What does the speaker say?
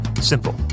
Simple